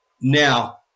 Now